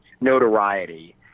notoriety